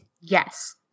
Yes